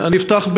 אני אפתח,